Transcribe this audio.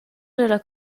dalla